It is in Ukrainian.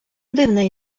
дивна